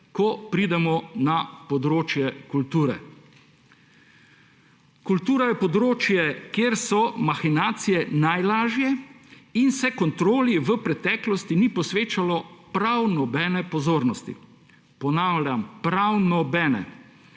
ko pridemo na področje kulture. Kultura je področje, kjer so mahinacije najlažje in se kontroli v preteklosti ni posvečalo prav nobene pozornosti. Ponavljam, prav nobene.